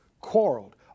Quarreled